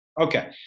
Okay